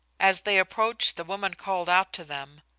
as they approached the woman called out to them,